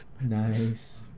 Nice